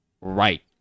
right